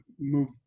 move